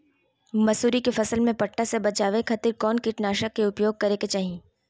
मसूरी के फसल में पट्टा से बचावे खातिर कौन कीटनाशक के उपयोग करे के चाही?